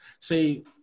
See